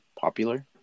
popular